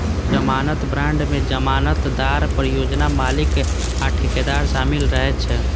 जमानत बांड मे जमानतदार, परियोजना मालिक आ ठेकेदार शामिल रहै छै